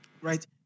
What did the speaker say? Right